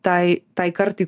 tai tai kartai